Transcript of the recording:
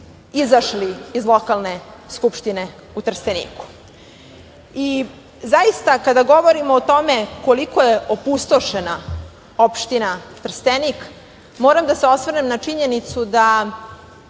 izašli iz lokalne Skupštine u Trsteniku. Zaista, kada govorimo o tome koliko je opustošena opština Trstenik, moram da se osvrnem na činjenicu da